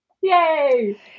Yay